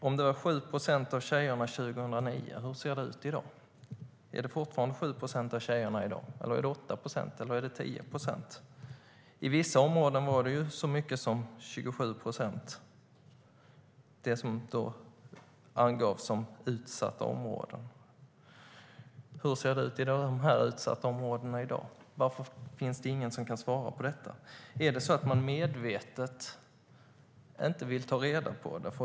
Om det var 7 procent av tjejerna 2009, hur ser det ut i dag? Är det fortfarande 7 procent av tjejerna i dag, eller är det 8 eller 10 procent? I vissa områden var det så mycket som 27 procent, det som angavs som utsatta områden. Hur ser det ut i de utsatta områdena i dag? Varför finns det ingen som kan svara på detta? Är det så att man medvetet inte vill ta reda på det?